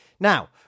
Now